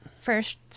first